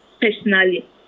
personally